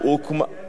אבל שהאמת תהיה נכונה.